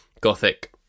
gothic